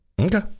Okay